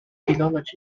philology